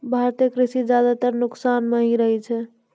भारतीय कृषि ज्यादातर नुकसान मॅ ही रहै छै